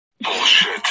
Bullshit